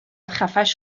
خفش